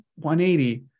180